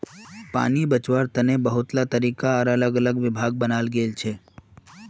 पानी बचवार तने बहुतला तरीका आर अलग अलग भाग बनाल गेल छे